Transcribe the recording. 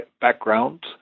background